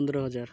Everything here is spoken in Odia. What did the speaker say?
ପନ୍ଦରହଜାର